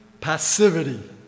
passivity